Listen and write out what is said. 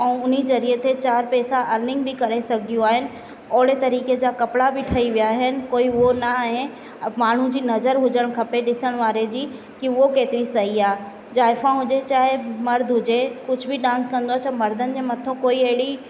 ऐं हुन ज़रिए ते चारि पैसा अर्निंग बि करे सघंदियूं आहिनि ओड़े तरीक़े जा कपिड़ा बि ठही विया अहिनि कोई उहो न आहे माण्हूअ जी नज़र हुजणु खपे ॾिसण वारे जी कि उहो केतिरी सही आहे जाइफ़ां हुजे चाहे मर्द हुजे कुझु बि डांस कंदो छा मर्दनि जे मथां कोई अहिड़ी